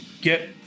get